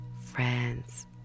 friends